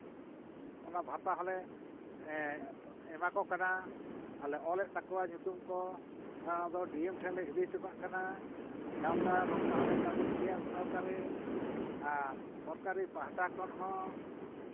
ᱚᱱᱟ ᱵᱷᱟᱛᱟ ᱦᱚᱸᱞᱮ ᱮᱢᱟ ᱠᱚ ᱠᱟᱱᱟ ᱟᱨᱞᱮ ᱚᱞᱮᱜ ᱛᱟᱠᱚᱣᱟ ᱧᱩᱛᱩᱢ ᱠᱚ ᱱᱚᱣᱟ ᱫᱚ ᱰᱤ ᱮᱢ ᱴᱷᱮᱱ ᱞᱮ ᱤᱫᱤ ᱦᱚᱴᱚ ᱠᱟᱜ ᱠᱟᱱᱟ ᱜᱟᱶᱛᱟ ᱱᱚᱝᱠᱟ ᱦᱚᱸᱞᱮ ᱠᱟᱹᱢᱤᱭᱮᱜ ᱜᱮᱭᱟ ᱩᱛᱱᱟᱹᱣ ᱠᱟᱹᱢᱤ ᱟᱨ ᱥᱚᱨᱠᱟᱨᱤ ᱯᱟᱦᱴᱟ ᱠᱷᱚᱱ ᱦᱚᱸ